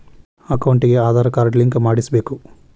ಅಕೌಂಟಿಗೆ Aadhaar card link ಮಾಡಿಸಬೇಕು?